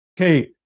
okay